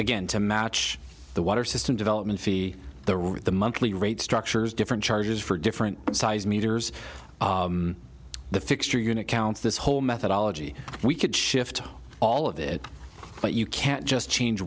again to match the water system development fee the rate the monthly rate structures different charges for different sized meters the fixture unit counts this whole methodology we could shift all of it but you can't just change